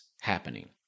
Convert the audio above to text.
happening